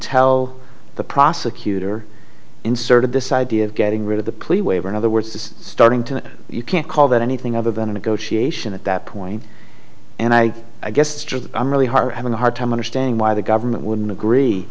tell the prosecutor inserted this idea of getting rid of the plea waiver in other words it's starting to you can't call that anything other than a negotiation at that point and i guess just i'm really hard having a hard time understanding why the government wouldn't agree